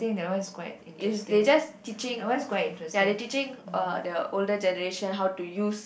is they just teaching ya they teaching the older generation how to use